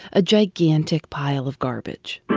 a gigantic pile of garbage.